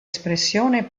espressione